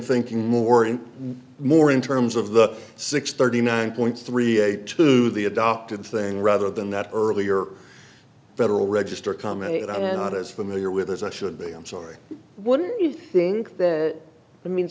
thinking more and more in terms of the six thirty nine point three eight to the adopted thing rather than that earlier federal register commented on it not as familiar with as i should be i'm sorry what do you think that i mean